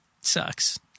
sucks